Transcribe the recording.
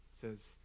says